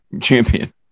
champion